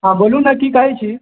हँ बोलू न की कहै छी